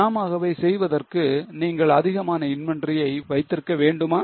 நாமாகவே செய்வதற்கு நீங்கள் அதிகமான inventory யை வைத்திருக்க வேண்டுமா